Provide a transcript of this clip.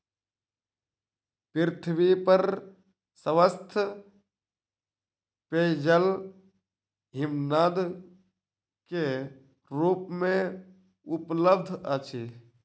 पृथ्वी पर स्वच्छ पेयजल हिमनद के रूप में उपलब्ध अछि